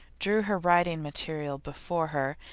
drew her writing material before her,